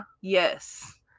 Yes